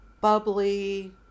bubbly